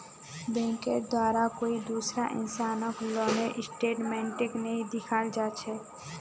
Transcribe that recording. बैंकेर द्वारे कोई दूसरा इंसानक लोन स्टेटमेन्टक नइ दिखाल जा छेक